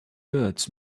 words